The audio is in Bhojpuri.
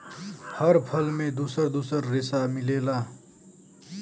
हर फल में दुसर दुसर रेसा मिलेला